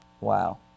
Wow